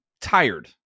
tired